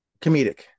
comedic